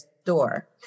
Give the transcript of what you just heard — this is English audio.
store